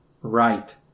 right